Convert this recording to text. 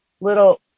little